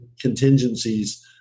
contingencies